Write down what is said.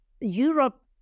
Europe